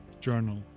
journal